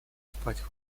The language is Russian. спать